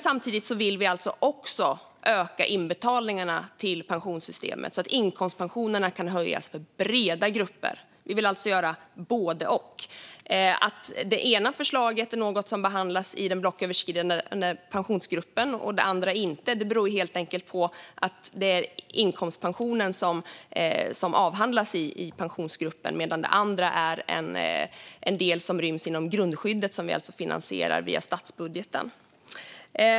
Samtidigt vill vi också öka inbetalningarna till pensionssystemet så att inkomstpensionerna kan höjas för breda grupper. Vi vill alltså göra både och. Att det ena förslaget är något som behandlas i den blocköverskridande Pensionsgruppen och det andra inte beror helt enkelt på att det är inkomstpensionen som avhandlas i Pensionsgruppen medan det andra är en del som ryms inom grundskyddet och som vi alltså finansierar via statsbudgeten.